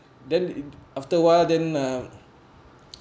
then after a while then uh